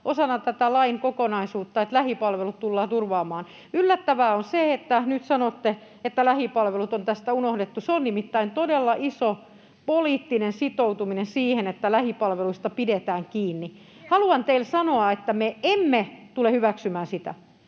osana tätä lain kokonaisuutta, että lähipalvelut tullaan turvaamaan. Yllättävää on se, että nyt sanotte, että lähipalvelut on tästä unohdettu. Tämä on nimittäin todella iso poliittinen sitoutuminen siihen, että lähipalveluista pidetään kiinni. Haluan teille sanoa, että me emme tule hyväksymään sitä,